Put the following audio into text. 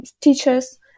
teachers